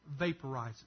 vaporizes